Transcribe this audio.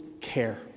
care